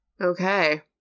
Okay